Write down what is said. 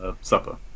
supper